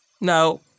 No